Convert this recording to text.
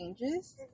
changes